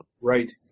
right